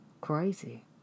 crazy